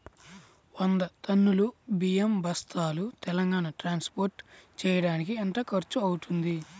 వంద టన్నులు బియ్యం బస్తాలు తెలంగాణ ట్రాస్పోర్ట్ చేయటానికి కి ఎంత ఖర్చు అవుతుంది?